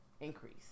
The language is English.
increase